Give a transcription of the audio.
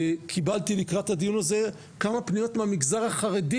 קיבלתי לקראת הדיון הזה כמה פניות מהמגזר החרדי